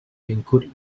include